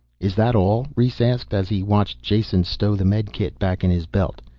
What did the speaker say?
is that all? rhes asked, as he watched jason stow the medikit back in his belt.